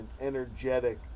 energetic